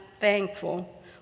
thankful